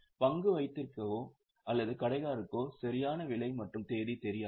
எனவே பங்கு வைத்திருப்பவருக்கோ அல்லது கடைக்காரருக்கோ சரியான விலை மற்றும் தேதி தெரியாது